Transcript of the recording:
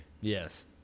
Yes